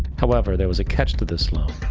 however, there was a catch to this loan.